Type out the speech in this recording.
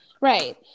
Right